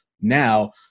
now